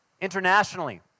Internationally